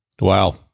Wow